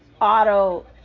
auto